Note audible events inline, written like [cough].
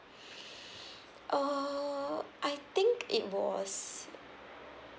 [breath] uh I think it was